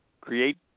create